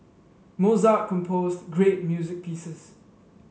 Mozart composed great music pieces